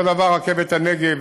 אותו דבר רכבת הנגב,